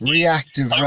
Reactive